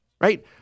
right